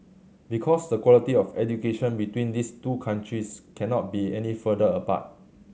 because the quality of education between these two countries cannot be any further apart